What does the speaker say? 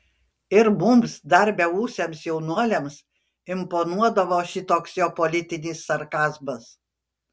ir mums dar beūsiams jaunuoliams imponuodavo šitoks jo politinis sarkazmas